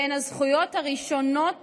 והן הזכויות הראשונות